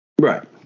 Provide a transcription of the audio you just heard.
Right